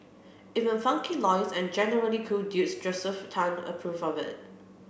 even funky lawyer and generally cool dude Josephus Tan approve of it